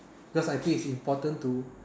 because I think it's important to